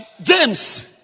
James